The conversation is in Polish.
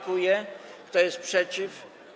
Kto jest przeciw?